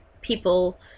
people